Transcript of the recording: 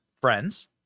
friends